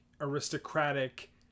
aristocratic